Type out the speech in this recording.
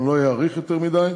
אני לא אאריך יותר מדי.